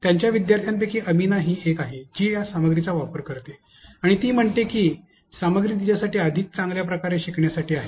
त्यांच्या विद्यार्थ्यांपैकी आमीना ही एक आहे जी या सामग्रीचा वापर करते आणि ती म्हणते की ही सामग्री तिच्यासाठी अधिक चांगल्या प्रकारे शिकण्यासाठी आहे